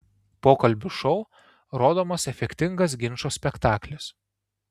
pokalbių šou rodomas efektingas ginčo spektaklis